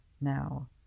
now